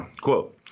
quote